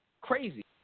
crazy